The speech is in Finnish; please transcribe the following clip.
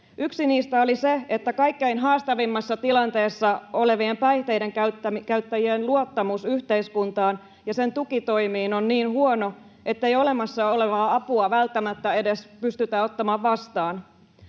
Yksi niistä oli se, että kaikkein haastavimmassa tilanteessa olevien päihteiden käyttä-jien luottamus yhteiskuntaan ja sen tukitoimiin on niin huono, että jo olemassa olevaa apua ei välttämättä edes pystytä ottamaan vastaan.